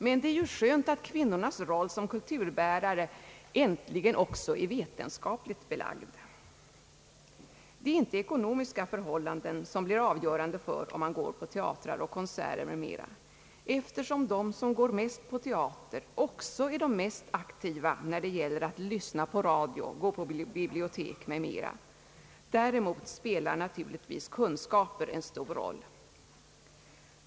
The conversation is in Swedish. Men det är ju skönt att kvinnornas roll som kulturbärare äntligen också är vetenskapligt belagd. Det är inte ekonomiska förhållanden som blir avgörande för om man går på teatrar och konserter m.m., eftersom de som går mest på teater också är mest aktiva när det gäller att lyssna på radio, gå på bibliotek m.m. Däremot spelar naturligtvis kunskaper en viss roll.